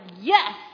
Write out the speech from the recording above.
yes